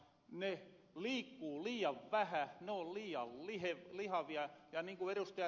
ne liikkuu liian vähä ne on liian lihavia ja niin kuin ed